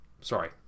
Sorry